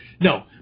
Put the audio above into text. No